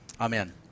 Amen